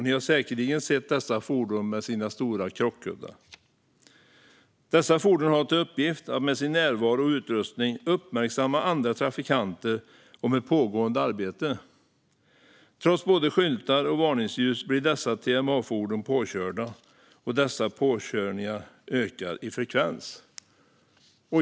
Ni har säkert sett dessa fordon med stora krockkuddar. Dessa fordon har till uppgift att med sin närvaro och utrustning uppmärksamma andra trafikanter om ett pågående arbete. Trots både skyltar och varningsljus blir dessa TMA-fordon påkörda, och dessa påkörningar ökar i frekvens.